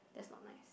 that's not nice